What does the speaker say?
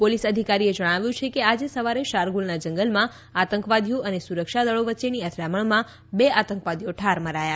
police અધિકારીએ જણાવ્યું કે આજે સવારે શારગુલના જંગલમાં આતંકવાદીઓ અને સુરક્ષાદળો વચ્ચેની અથડામણમાં બે આતંકવાદી ઠાર મરાયા છે